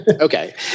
okay